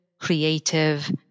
creative